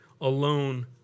alone